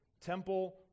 temple